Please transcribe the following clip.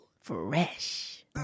Fresh